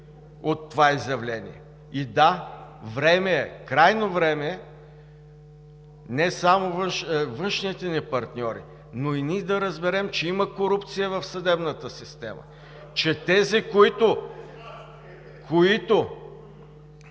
от това изявление. И, да, време е, крайно време е не само външните ни партньори, но и ние да разберем, че има корупция в съдебната система (смях и оживление